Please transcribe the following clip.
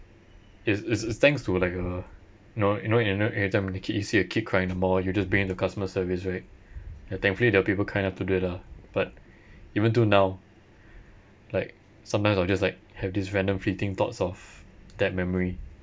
it's it's thanks to like uh you know you know you everytime when a kid you see a kid crying in the mall you just bring it to customer service right and thankfully there are people kind enough to do it lah but even till now like sometimes I'll just like have these random fleeting thoughts of that memory